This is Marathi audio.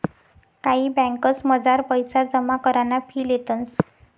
कायी ब्यांकसमझार पैसा जमा कराना फी लेतंस